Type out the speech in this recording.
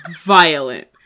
violent